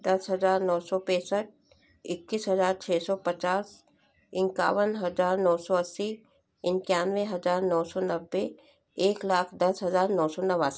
दस हज़ार नौ सौ पैंसठ इक्कीस हज़ार छ सौ पचास इक्यावन हज़ार नौ सौ अस्सी इक्यानवे हज़ार नौ सौ नब्बे एक लाख दस हज़ार नौ सौ नवासी